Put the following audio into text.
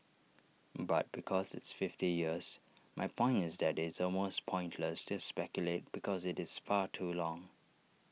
but because it's fifty years my point is that it's almost pointless to speculate because IT is far too long